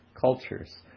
cultures